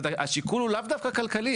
השיקול הוא לאו דווקא כלכלי.